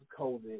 COVID